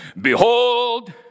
Behold